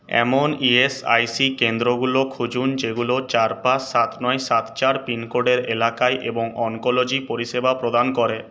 এমন ইএসআইসি কেন্দ্রগুলো খুঁজুন যেগুলো চার পাঁচ সাত নয় সাত চার পিন কোডের এলাকায় এবং অনকোলজি পরিষেবা প্রদান করে